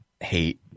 hate